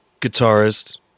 guitarist